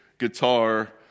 guitar